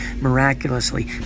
miraculously